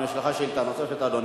השר יענה על-פי התשובות שהועברו אליו,